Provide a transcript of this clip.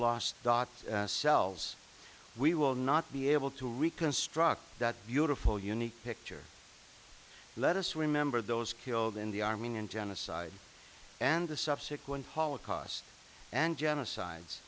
lost dot selves we will not be able to reconstruct that beautiful unique picture let us remember those killed in the armenian genocide and the subsequent holocaust and genocides